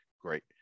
great